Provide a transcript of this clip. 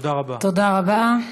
תודה רבה.